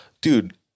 dude